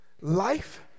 life